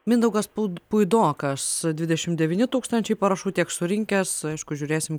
mindaugas puidokas dvidešim devyni tūkstančiai parašų tiek surinkęs aišku žiūrėsim